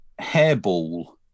Hairball